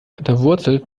unterwurzelt